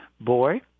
boy